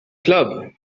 club